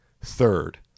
Third